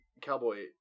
Cowboy